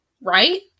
Right